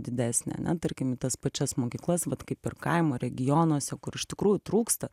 didesnę ane tarkim į tas pačias mokyklas vat kaip ir kaimo regionuose kur iš tikrųjų trūksta